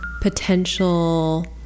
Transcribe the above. potential